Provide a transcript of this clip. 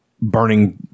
burning